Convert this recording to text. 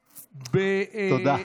תודה.